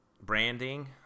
branding